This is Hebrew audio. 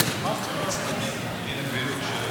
אדוני, ואחריו, מוסי רז.